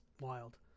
wild